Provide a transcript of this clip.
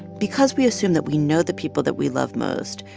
because we assume that we know that people that we love most,